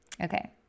Okay